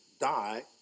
die